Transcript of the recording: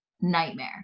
nightmare